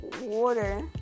water